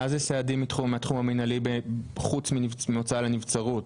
מה זה סעדים בתחום המנהלי חוץ מהוצאה לנבצרות?